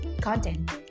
Content